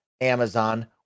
Amazon